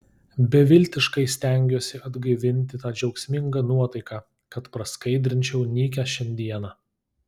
beviltiškai stengiuosi atgaivinti tą džiaugsmingą nuotaiką kad praskaidrinčiau nykią šiandieną